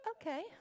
Okay